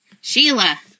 Sheila